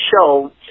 show